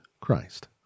Christ